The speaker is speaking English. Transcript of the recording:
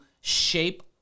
shape